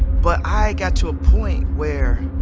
but i got to a point where